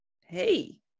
hey